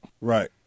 Right